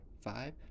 five